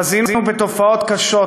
חזינו בתופעות קשות,